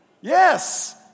Yes